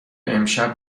امشب